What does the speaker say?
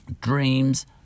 dreams